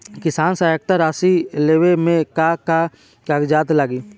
किसान सहायता राशि लेवे में का का कागजात लागी?